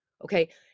Okay